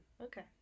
Okay